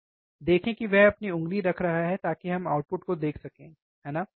देखें कि वह अपनी उंगली रख रहा है ताकि हम आउटपुट को देख सकें है ना